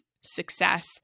success